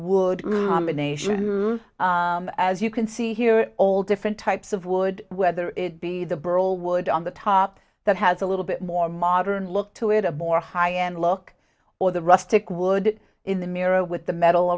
asia as you can see here all different types of wood whether it be the barrel wood on the top that has a little bit more modern look to it a more high end look or the rustic wood in the mirror with the metal